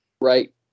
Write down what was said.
Right